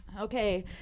Okay